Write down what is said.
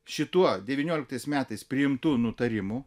šituo devynioliktais metais priimtu nutarimu